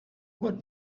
what